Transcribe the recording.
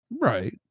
right